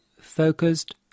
focused